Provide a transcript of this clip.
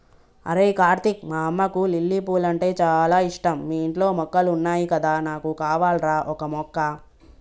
అరేయ్ కార్తీక్ మా అమ్మకు లిల్లీ పూలంటే చాల ఇష్టం మీ ఇంట్లో మొక్కలున్నాయి కదా నాకు కావాల్రా ఓక మొక్క